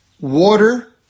water